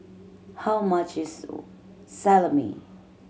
how much is Salami